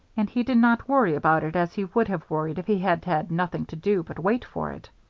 and he did not worry about it as he would have worried if he had had nothing to do but wait for it.